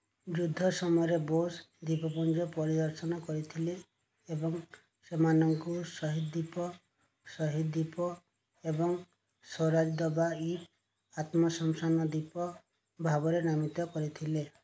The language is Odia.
ଯୁଦ୍ଧ ସମୟରେ ବୋଷ ଦ୍ୱୀପପୁଞ୍ଜ ପରିଦର୍ଶନ କରିଥିଲେ ଏବଂ ସେମାନଙ୍କୁ ସହିଦ ଦ୍ୱୀପ ସହିଦ ଦ୍ୱୀପ ଏବଂ ସ୍ୱରାଜ ଦବାଇପ୍ ଆତ୍ମଶାସନ ଦ୍ୱୀପ ଭାବରେ ନାମିତ କରିଥିଲେ